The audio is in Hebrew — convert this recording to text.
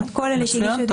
מצוין.